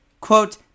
Quote